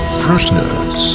freshness